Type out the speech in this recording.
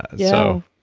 so,